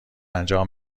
انجام